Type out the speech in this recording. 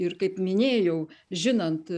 ir kaip minėjau žinant